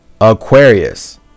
Aquarius